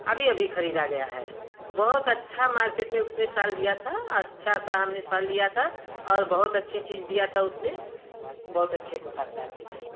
अभी अभी खरीदा गया है बहुत अच्छा मार्केट में उसने शाल दिया था अच्छा सा हमने शाल लिया था और बहुत अच्छी चीज दिया था उसने बहुत अच्छे दुकानदार थे